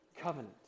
covenant